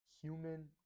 human